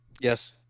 Yes